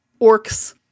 Orcs